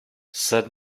said